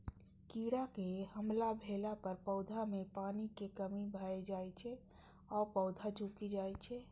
कीड़ाक हमला भेला पर पौधा मे पानिक कमी भए जाइ छै आ पौधा झुकि जाइ छै